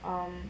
um